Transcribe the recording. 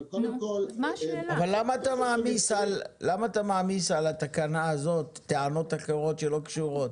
אבל למה אתה מעמיס על התקנה הזאת טענות אחרות שלא קשורות?